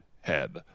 head